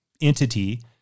entity